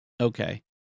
Okay